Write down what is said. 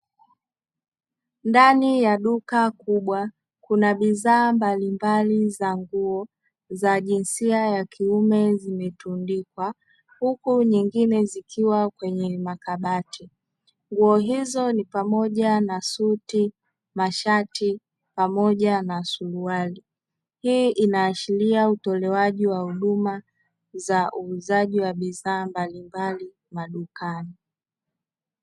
Ndani ya duka kubwa kuna bidhaa mbalimbali za nguo za jinsia ya kiume zimetundikwa, huku nyingine zikiwa kwenye makabati. Nguo hizo ni pamoja na suti na mashati pamoja na suruali, hii inaashiria utolewaji wa huduma za uuzaji wa bidhaa mbalimbali madukani.